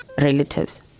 relatives